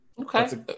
Okay